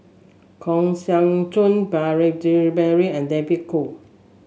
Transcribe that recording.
Kang Siong Joo Beurel Jean Marie and David Kwo